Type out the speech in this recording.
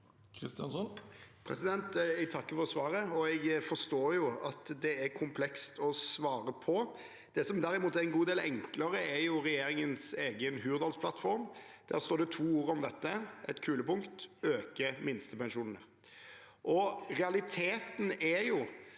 Kristjánsson (R) Jeg takker for svaret. Jeg forstår at det er komplekst å svare på. Det som derimot er en god del enklere, er regjeringens egen hurdalsplattform. Der står det to ord om dette, et kulepunkt: «Øke minstepensjonen.» Realiteten er at